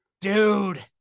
dude